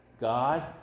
God